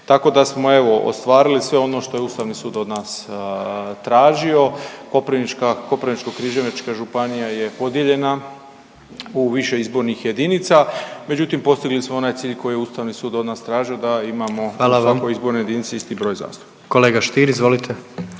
Tako da smo evo ostvarili sve ono što je Ustavni sud od nas tražio. Koprivnička, Koprivničko-križevačka županija je podijeljena u više izbornih jedinica međutim postigli smo onaj cilj koji je Ustavni sud od nas tražio da imamo u svakoj …/Upadica predsjednik: Hvala vam./… izbornoj